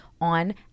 on